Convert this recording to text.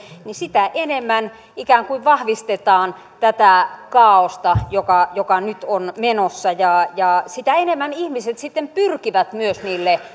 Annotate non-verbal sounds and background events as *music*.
sitä enemmän ikään kuin vahvistetaan tätä kaaosta joka joka nyt on menossa ja ja sitä enemmän ihmiset sitten pyrkivät myös niille *unintelligible*